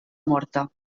morta